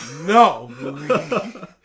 No